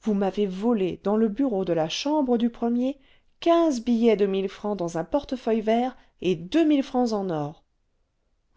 vous m'avez volé dans le bureau de la chambre du premier quinze billets de mille francs dans un portefeuille vert et deux mille francs en or